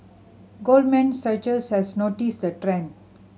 Goldman Sachs has noticed the trend